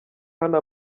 hano